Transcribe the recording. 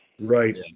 Right